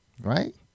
Right